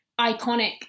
iconic